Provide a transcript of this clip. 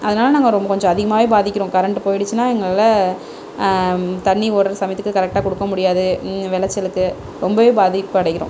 அதனால நாங்கள் ரொம்ப கொஞ்சம் அதிகமாவே பாதிக்கிறோம் கரெண்ட் போய்டுச்சின்னா எங்களால் தண்ணி ஓட்டுற சமயத்துக்கு கரெக்டாக கொடுக்க முடியாது வெளைச்சலுக்கு ரொம்ப பாதிப்படைகிறோம்